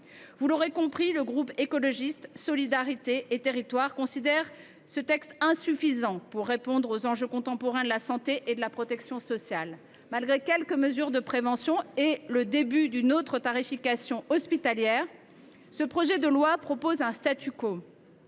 Vous l’aurez compris, le groupe Écologiste – Solidarité et Territoires considère ce texte insuffisant pour répondre aux enjeux contemporains de la santé et de la protection sociale. Malgré quelques mesures de prévention et le début d’une autre tarification hospitalière, ce projet de loi propose un.